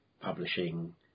publishing